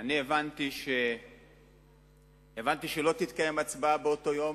אני הבנתי שלא תתקיים הצבעה באותו יום,